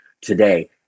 today